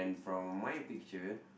from my picture